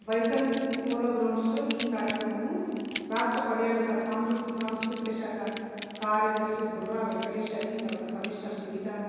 bison Polo గ్రౌండ్స్లో ఈ కార్యక్రమము రాష్ట్ర పర్యాటక సాంస్కృతిక శాఖ కార్యదర్శి బుర్రా వెంకటేష్ అని ఆ తరవాత కమీషనర్ సునీత